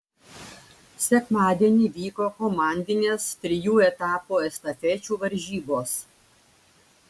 sekmadienį vyko komandinės trijų etapų estafečių varžybos